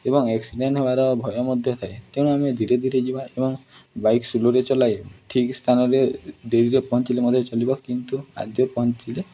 ଏବଂ ଏକ୍ସିଡେଣ୍ଟ୍ ହେବାର ଭୟ ମଧ୍ୟ ଥାଏ ତେଣୁ ଆମେ ଧୀରେ ଧୀରେ ଯିବା ଏବଂ ବାଇକ୍ ସ୍ଲୋରେ ଚଲାଇ ଠିକ୍ ସ୍ଥାନରେ ଧୀରେ ଧୀରେ ପହଞ୍ଚିଲେ ମଧ୍ୟ ଚଲିବ କିନ୍ତୁ ଆଦ୍ୟ ପହଞ୍ଚିଲେ